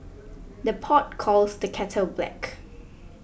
the pot calls the kettle black